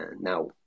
Now